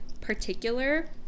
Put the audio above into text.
particular